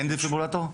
אין דפיברילטור?